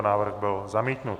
Návrh byl zamítnut.